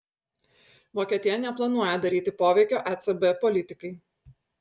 vokietija neplanuoja daryti poveikio ecb politikai